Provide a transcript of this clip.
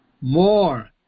more